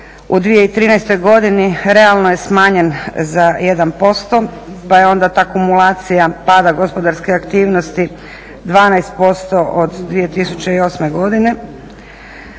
u 2013. godini realno je smanjen za 1% pa je onda ta akumulacija pada gospodarske aktivnosti 12% od 2008. godine.